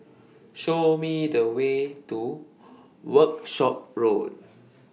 Show Me The Way to Workshop Road